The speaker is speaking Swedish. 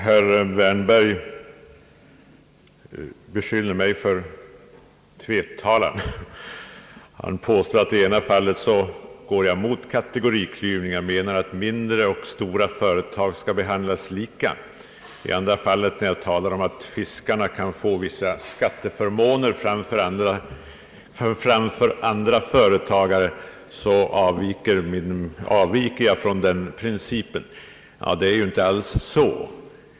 Herr talman! Herr Wärnberg beskyller mig för tvetalan. Han påstår att jag i det ena fallet principiellt går emot kategoriklyvning i beskattningsavseende, då jag säger att mindre och stora företag skattemässigt skall behandlas lika. När jag sedan hävdar att fiskarna bör kunna få vissa skatteförmåner, så avviker jag, anser herr Wärnberg, från den principen. Det är inte alls så.